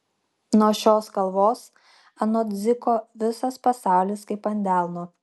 nuo šios kalvos anot dziko visas pasaulis kaip ant delno